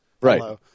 Right